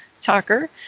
Talker